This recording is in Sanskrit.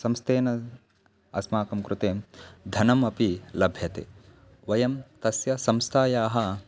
संस्थेन अस्माकं कृते धनमपि लभ्यते वयं तस्य संस्थायाः